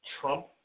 Trump